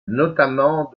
notamment